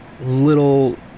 little